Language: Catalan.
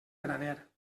graner